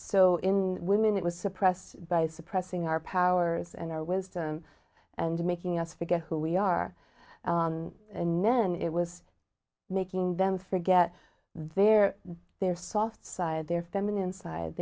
so in women it was suppressed by suppressing our powers and our wisdom and making us forget who we are and then it was making them forget their their soft side their feminine side